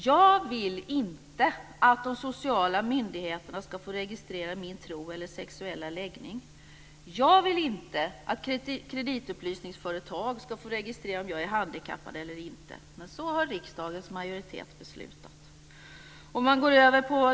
Jag vill inte att de sociala myndigheterna ska få registrera min tro eller sexuella läggning. Jag vill inte att kreditupplysningsföretag ska få registrera om jag är handikappad eller inte, men så har riksdagens majoritet beslutat.